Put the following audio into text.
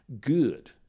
Good